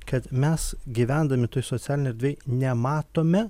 kad mes gyvendami toj socialinėj erdvėj nematome